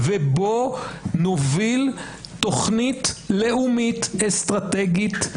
ובואו נוביל תוכנית לאומית אסטרטגית,